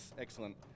excellent